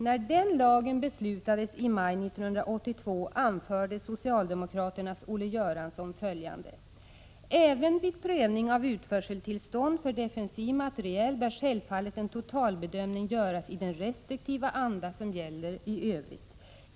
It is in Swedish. När den lagen beslutades i maj 1982 anförde socialdemokraternas Olle Göransson följande: ”Även vid prövning av utförseltillstånd för defensiv materiel bör självfallet en totalbedömning göras i den restriktiva anda som gäller i övrigt.